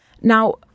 Now